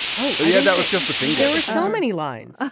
oh yeah. that was just the thing there were so many lines ah